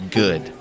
good